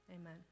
amen